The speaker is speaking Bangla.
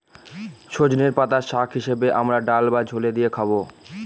সজনের পাতা শাক হিসেবে আমরা ডাল বা ঝোলে দিয়ে খাবো